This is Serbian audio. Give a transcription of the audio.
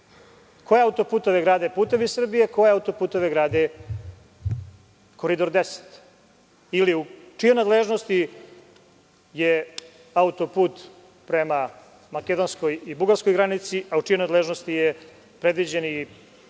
Koje auto-puteve grade „Putevi Srbije“, koje auto-puteve grade „Koridor 10“? U čijoj nadležnosti je auto-put prema makedonskoj i bugarskoj granici, a u čijoj nadležnosti je predviđen